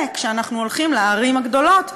כשאנחנו הולכים לערים הגדולות,